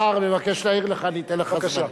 השר מבקש להעיר לך, אני אתן לך זמן.